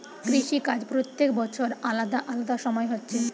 কৃষি কাজ প্রত্যেক বছর আলাদা আলাদা সময় হচ্ছে